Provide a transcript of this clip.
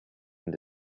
and